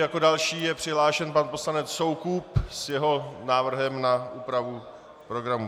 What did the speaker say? Jako další je přihlášený pan poslanec Soukup s jeho návrhem na úpravu programu.